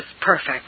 perfect